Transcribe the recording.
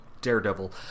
Daredevil